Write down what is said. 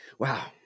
Wow